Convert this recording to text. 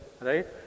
right